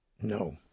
No